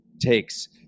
takes